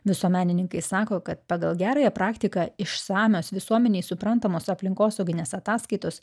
visuomenininkai sako kad pagal gerąją praktiką išsamios visuomenei suprantamos aplinkosauginės ataskaitos